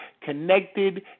connected